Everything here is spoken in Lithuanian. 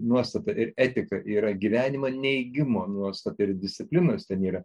nuostata ir etika yra gyvenimo neigimo nuostata ir disciplinos ten yra